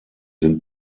sind